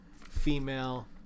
female